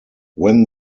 when